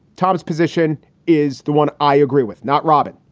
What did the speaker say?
tom's position is the one i agree with, not robert.